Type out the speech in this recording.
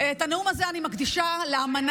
את הנאום אני מקדישה לאמנה,